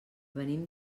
venim